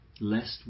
lest